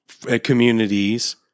Communities